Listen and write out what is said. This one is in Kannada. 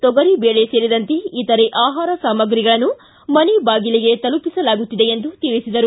ತೊಗರಿಬೇಳೆ ಸೇರಿದಂತೆ ಇತರೆ ಆಹಾರ ಸಾಮಗ್ರಿಗಳನ್ನು ಮನೆ ಬಾಗಿಲಿಗೆ ತಲುಪಿಸಲಾಗುತ್ತಿದೆ ಎಂದು ತಿಳಿಸಿದರು